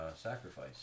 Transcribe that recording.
sacrifice